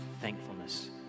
thankfulness